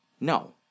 No